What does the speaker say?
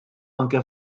anke